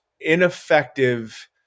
ineffective